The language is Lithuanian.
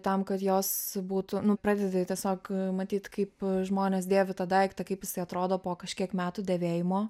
tam kad jos būtų nu pradedi tiesiog matyt kaip žmonės dėvi tą daiktą kaip jisai atrodo po kažkiek metų dėvėjimo